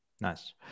Nice